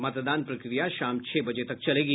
मतदान प्रक्रिया शाम छह बजे तक चलेगी